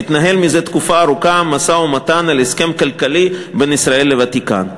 מתנהל מזה תקופה ארוכה משא-ומתן על הסכם כלכלי בין ישראל לוותיקן.